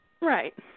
Right